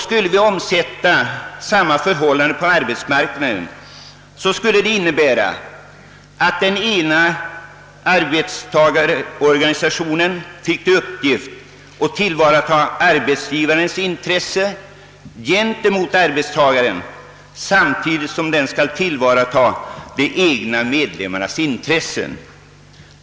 Skulle samma förhållande råda på arbetsmarknaden, så skulle det innebära att en arbetstagarorganisation finge i uppgift att tillvarata arbetsgivarens intressen gentemot arbetstagarna samtidigt som den skulle tillvarata de egna medlemmarnas intressen.